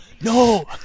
No